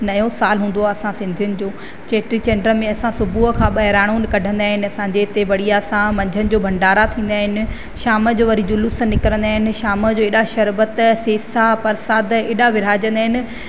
नयो साल हूंदो आहे असां सिंधियुनि जो चेटी चंडु में सुबुह खां बहिराणो कढंदा आहिनि असांजे इते बढ़िया सां मंझंदि जो भंडारा थींदा आहिनि शाम जो वरी जुलूस निकिरंदा आहिनि शाम जो एॾा शरबत सेसा परसादु एॾा विराहे जंदा इन